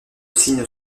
signe